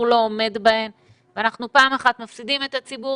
לא עומד בהן ואנחנו פעם אחת מפסידים את הציבור